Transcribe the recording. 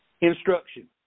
Instruction